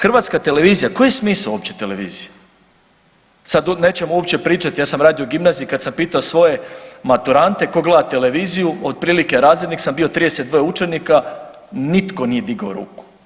Hrvatska televizija, koji je smisao uopće televizije, sad nećemo uopće pričati, ja sam radio u gimnaziji kad sam pitao svoje maturante tko gleda televiziju, od prilike razrednik sam bio 32 učenika, nitko nije digao ruku.